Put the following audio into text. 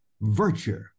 virtue